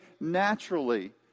naturally